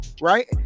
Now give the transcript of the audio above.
right